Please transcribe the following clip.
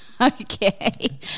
Okay